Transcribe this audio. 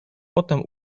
potem